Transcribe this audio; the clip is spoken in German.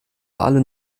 alle